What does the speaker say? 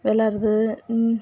விளாட்றது